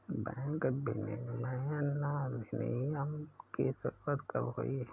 Bank विनियमन अधिनियम की शुरुआत कब हुई?